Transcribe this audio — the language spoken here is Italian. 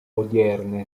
odierna